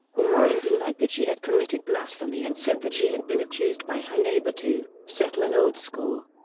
noreen denied that she had committed blasphemy and said that she had been accused by her neighbor to settle an old score.